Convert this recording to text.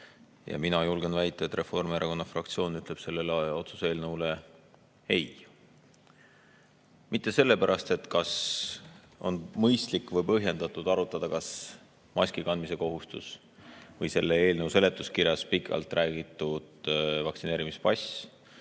Ja mina julgen väita, et Reformierakonna fraktsioon ütleb sellele otsuse eelnõule ei. Mitte sellepärast, kas on mõistlik või põhjendatud arutada, kas maskikandmise kohustus või selle eelnõu seletuskirjas pikalt räägitud vaktsineerimispass